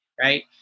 right